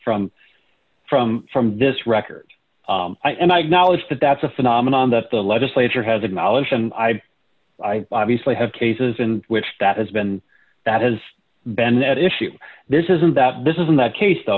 from from from this record and i knowledge that that's a phenomenon that the legislature has acknowledged and i obviously have cases in which that has been that has been that issue this isn't that this isn't that case though